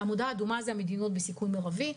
בעמודה האדומה מדינות בסיכון מרבי,